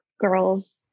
girls